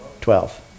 Twelve